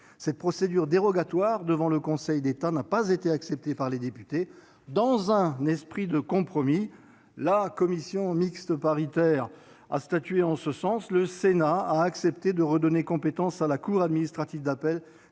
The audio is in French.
Cette procédure dérogatoire devant le Conseil d'État n'a pas été retenue par les députés. Dans un esprit de compromis, lors de la commission mixte paritaire, le Sénat a accepté de redonner compétence à la cour administrative d'appel,